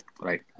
Right